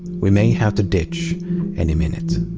we may have to ditch any minute.